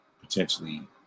potentially